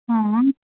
हाँ हाँ